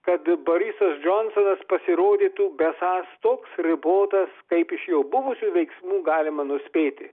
kad borisas džonsonas pasirodytų besąs toks ribotas kaip iš jo buvusių veiksmų galima nuspėti